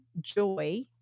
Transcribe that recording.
joy